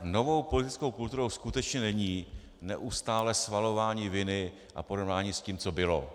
Novou politickou kulturou skutečně není neustálé svalování viny a porovnávání s tím, co bylo.